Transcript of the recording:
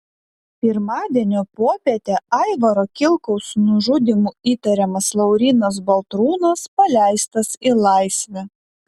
pirmadienio popietę aivaro kilkaus nužudymu įtariamas laurynas baltrūnas paleistas į laisvę